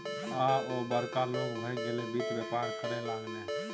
आब ओ बड़का लोग भए गेलै वित्त बेपार करय लागलै